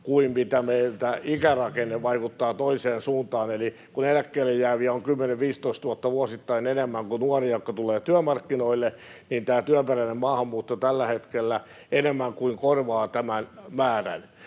kuin mitä meillä ikärakenne vaikuttaa toiseen suuntaan. Eli kun eläkkeelle jääviä on vuosittain 10 000—15 000 enemmän kuin nuoria, jotka tulevat työmarkkinoille, niin tämä työperäinen maahanmuutto tällä hetkellä enemmän kuin korvaa tämän määrän.